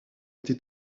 été